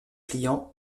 clients